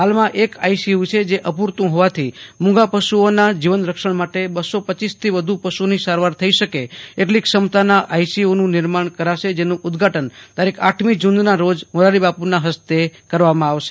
હાલમાં એક આઈસીયુ છે જે અપ્રરુતું હોવાથી મુંગા પશુઓના જીવન રક્ષણ માટે રરપથી વધુ પશુની સારવાર થઈ શકે એટલી ક્ષમતાના આઈસીયુનું નિર્માણ કરાશે જેનેં ઉદઘાટન તારીખ આઠમી જુનના રોજ મોરારીબાપુના હસ્તે કરાશે